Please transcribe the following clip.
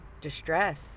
distress